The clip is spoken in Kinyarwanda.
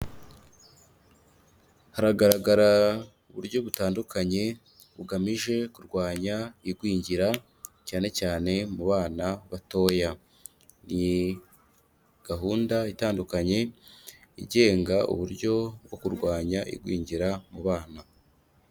Haragaragara uburyo butandukanye bugamije kurwanya igwingira, cyane cyane mu bana batoya, ni gahunda itandukanye igenga uburyo bwo kurwanya igwingira mu bana.